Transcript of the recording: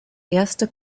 erste